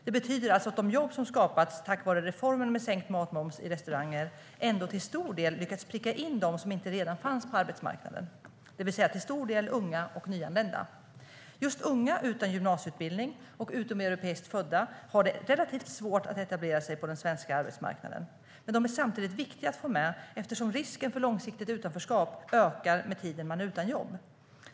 Det betyder alltså att de jobb som skapats tack vare reformen med sänkt matmoms i restauranger ändå till stor del lyckats pricka in dem som inte redan fanns på arbetsmarknaden, det vill säga till stor del unga och nyanlända. Just unga utan gymnasieutbildning och utomeuropeiskt födda har relativt svårt att etablera sig på den svenska arbetsmarknaden. Men de är samtidigt viktiga att få med, eftersom risken för långsiktigt utanförskap ökar med tiden man är utan jobb.